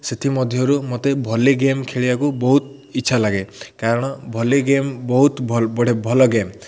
ସେଥିମଧ୍ୟରୁ ମୋତେ volley game ଖେଳିବାକୁ ବହୁତ ଇଚ୍ଛା ଲାଗେ କାରଣ ଭଲି ଗେମ୍ ବହୁତ ଭଲ ବଢି ଭଲ ଗେମ୍